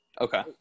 okay